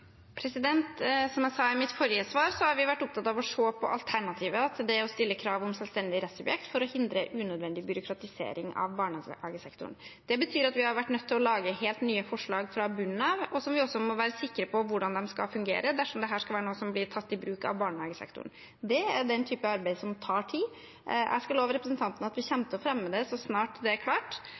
Som jeg sa i mitt forrige svar, har vi vært opptatt av å se på alternativer til det å stille krav om selvstendig rettssubjekt, for å hindre unødvendig byråkratisering av barnehagesektoren. Det betyr at vi har vært nødt til å lage helt nye forslag fra bunnen av, og vi må også være sikre på hvordan de skal fungere dersom dette skal være noe som blir tatt i bruk av barnehagesektoren. Det er den typen arbeid som tar tid. Jeg kan love representanten at vi kommer til å fremme det så snart det er klart.